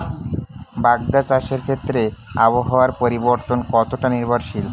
বাগদা চাষের ক্ষেত্রে আবহাওয়ার পরিবর্তন কতটা নির্ভরশীল?